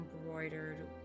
embroidered